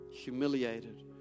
humiliated